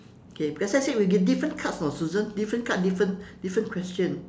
okay because let's say we get different cards know susan different card different different question